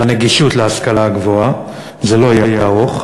על הנגישות של ההשכלה הגבוהה, זה לא יהיה ארוך: